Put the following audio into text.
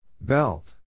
Belt